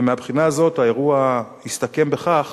ומהבחינה הזאת האירוע הסתכם בכך